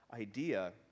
idea